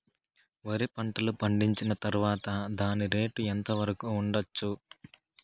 వరి పంటలు పండించిన తర్వాత దాని రేటు ఎంత వరకు ఉండచ్చు